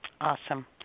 awesome